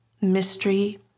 mystery